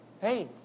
Hey